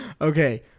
Okay